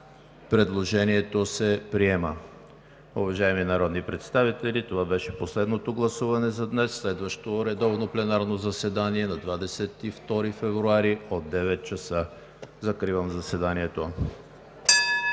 Предложението е прието.